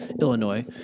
Illinois